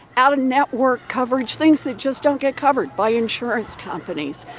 out-of-network coverage, things that just don't get covered by insurance companies.